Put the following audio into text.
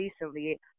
recently